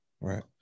right